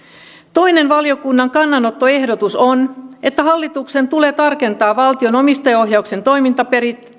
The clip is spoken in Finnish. toinen valiokunnan kannanottoehdotus on että hallituksen tulee tarkentaa valtion omistajaohjauksen toimintaperiaatteita